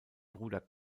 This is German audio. bruder